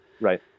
Right